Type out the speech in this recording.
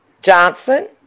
Johnson